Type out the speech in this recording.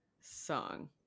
song